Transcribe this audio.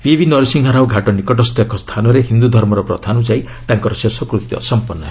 PV Narasimha Rao ଘାଟ ନିକଟସ୍ଥ ଏକ ସ୍ଥାନରେ ହିନ୍ଦୁଧର୍ମର ପ୍ରଥାନୁଯାୟୀ ତାଙ୍କର ଶେଷକୃତ୍ୟ ସମ୍ପନ୍ନ ହେବ